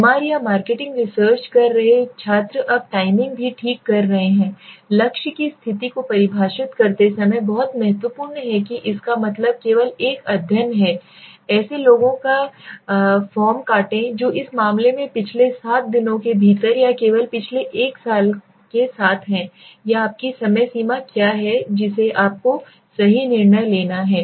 MR या marketing research कर रहे छात्र अब टाइमिंग भी ठीक कर रहे हैं लक्ष्य की स्थिति को परिभाषित करते समय बहुत महत्वपूर्ण है कि इसका मतलब केवल एक अध्ययन है ऐसे लोगों का फॉर्म काटें जो इस मामले में पिछले सात दिनों के भीतर या केवल पिछले एक साल के साथ हैं या आपकी समय सीमा क्या है जिसे आपको सही निर्णय लेना है